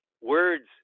words